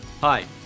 Hi